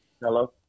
Hello